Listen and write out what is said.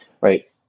right